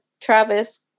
Travis